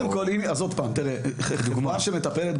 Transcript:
לגבי החבילות,